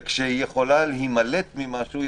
וכשהיא יכולה להימלט ממשהו,